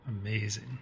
Amazing